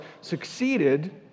succeeded